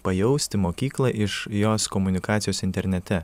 pajausti mokyklą iš jos komunikacijos internete